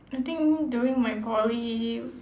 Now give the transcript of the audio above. I think during my poly